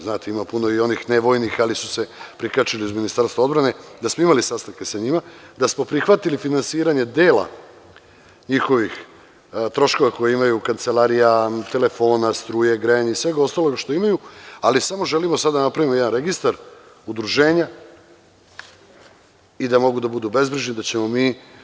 Znate, ima puno i onih ne vojnih, oni su se prikačili Ministarstvu odbrane, da smo imali sastanke sa njima, da smo prihvatili finansiranje dela njihovih troškova koje imaju, kancelarija, telefona, struje, grejanje i svega ostalog što imaju, ali samo želimo sada da napravimo jedan registar udruženja i da mogu da budu bezbrižni da ćemo mi